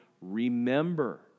remember